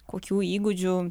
kokių įgūdžių